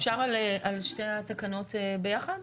אפשר על שתי התקנות ביחד?